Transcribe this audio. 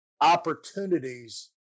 opportunities